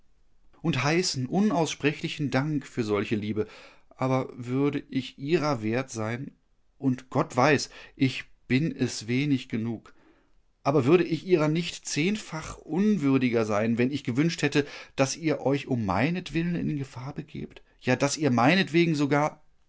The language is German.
und heißen unaussprechlichen dank für solche liebe aber würde ich ihrer wert sein und gott weiß ich bin es wenig genug aber würde ich ihrer nicht zehnfach unwürdiger sein wenn ich gewünscht hätte daß ihr euch um meinetwillen in gefahr begebt ja daß ihr meinetwegen sogar